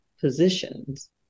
positions